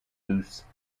luce